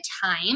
time